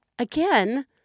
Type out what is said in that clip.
Again